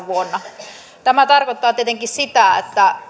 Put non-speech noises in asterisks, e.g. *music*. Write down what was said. *unintelligible* vuonna kaksituhattakolmekymmentä tämä tarkoittaa tietenkin sitä että